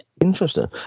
Interesting